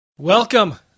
Welcome